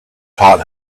taught